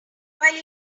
while